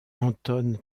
anton